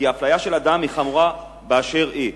כי אפליה של אדם היא חמורה באשר היא,